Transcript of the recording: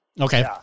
Okay